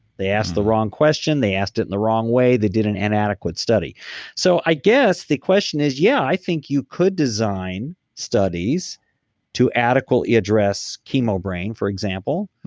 they asked the wrong question, they asked it in the wrong way, they did an inadequate study so i guess, the question is yeah i think you could design studies to adequately address chemo-brain for example.